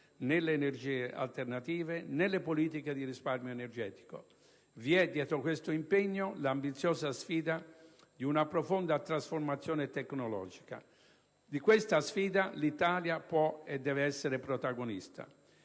nelle energie alternative, nelle politiche di risparmio energetico. Dietro questo impegno vi è l'ambiziosa sfida di una profonda trasformazione tecnologica di cui l'Italia può e deve essere protagonista.